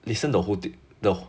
listen the whole th~ the whole